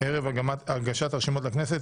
ערב הגשת הרשימות לכנסת,